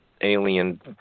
alien